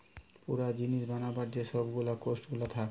পুরা জিনিস বানাবার যে সব গুলা কোস্ট গুলা থাকে